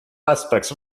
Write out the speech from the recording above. aspects